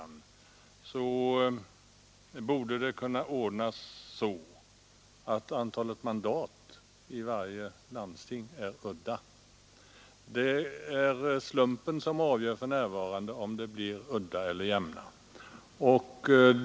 Det borde väl kunna ordnas så att antalet mandat i varje landsting blir udda. För närvarande är det slumpen som avgör om det blir udda eller jämnt antal.